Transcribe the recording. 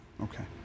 Okay